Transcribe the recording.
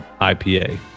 IPA